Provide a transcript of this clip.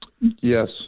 yes